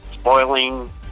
spoiling